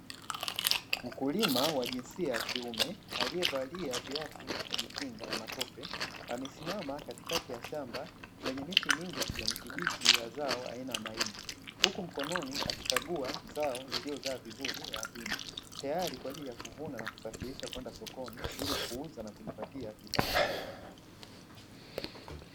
Mkulima wa jinsia ya kiume aliyevalia viatu vya kujikinga na matope, amesimama katikati ya shamba lenye miti mingi ya kijani kibichi ya zao aina ya mahindi, huku mkononi akikagua zao lililozaa vizuri la hindi tayari kwa ajili ya kuvunwa na kusafirishwa kwenda sokoni ili kuuzwa na kujipatia kipato.